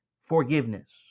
forgiveness